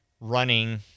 running